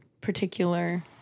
particular